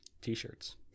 t-shirts